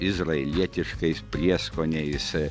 izraelietiškais prieskoniais ir